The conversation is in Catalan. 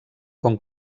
com